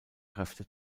kräfte